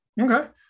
okay